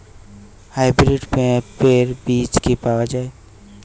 Hybrid পেঁপের বীজ কি পাওয়া যায়?